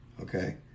okay